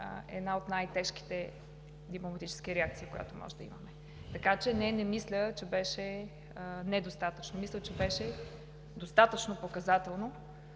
една от най-тежките дипломатически реакции, която можем да имаме. Не, не мисля, че беше недостатъчно. Мисля, че беше достатъчно показателна